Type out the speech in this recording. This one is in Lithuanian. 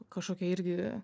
kažkokie irgi